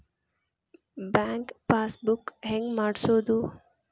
Bank passbook ಹೆಂಗ್ ಮಾಡ್ಸೋದು?